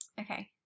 okay